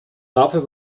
dafür